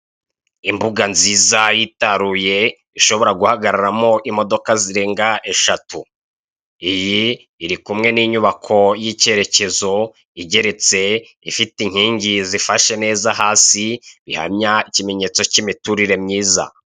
Imbuga nziza yitaruye ishobora guhagararamo zirenga imodoka eshatu, iyi iri kumwe n'inyubako y'icyerekezo, igeretse ifite inyingi zifashe neza hasi bihamya ikimenyetso k'imiturire myiza.